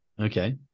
okay